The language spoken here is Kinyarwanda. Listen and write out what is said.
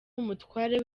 umutware